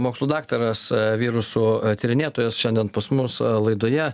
mokslų daktaras virusų tyrinėtojas šiandien pas mus laidoje